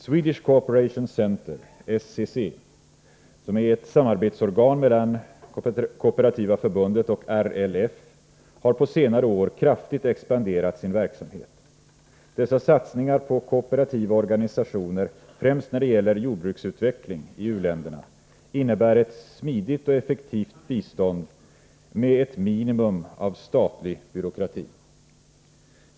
Swedish Cooperation Center, SCC, som är ett samarbetsorgan mellan Kooperativa förbundet och LRF, har på senare år kraftigt expanderat sin verksamhet. Dessa satsningar på kooperativa organisationer främst när det gäller jordbruksutveckling i u-länderna innebär ett smidigt och effektivt bistånd med ett minimum av statlig byråkrati.